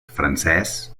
francès